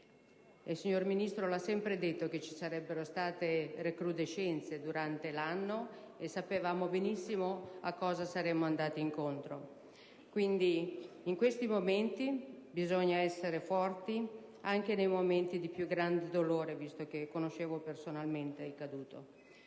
il Ministro ha sempre detto che ci sarebbero state recrudescenze durante l'anno, e sapevamo benissimo a che cosa saremmo andati incontro. Quindi, in questi momenti bisogna essere forti, anche in quelli di più grande dolore, visto che conoscevo personalmente il caduto.